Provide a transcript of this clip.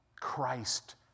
Christ